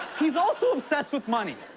he's also obsessed with money.